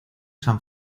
san